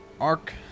arc